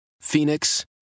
Phoenix